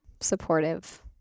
supportive